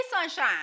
sunshine